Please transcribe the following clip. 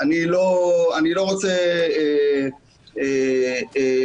אני לא רוצה